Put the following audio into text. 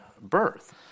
birth